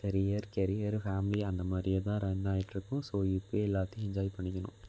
career career family அந்தமாதிரியே தான் run ஆயிட்டிருக்கும் ஸோ இப்போயே எல்லாத்தையும் என்ஜாய் பண்ணிக்கணும்